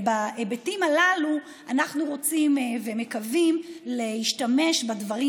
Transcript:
בהיבטים הללו אנחנו רוצים ומקווים להשתמש בדברים